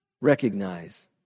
recognize